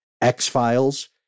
X-Files